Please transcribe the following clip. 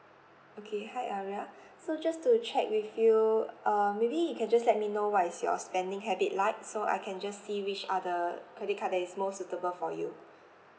okay hi arya so just to check with you um maybe you can just let me know what's your spending habit like so I can just see which are the credit card that is most suitable for you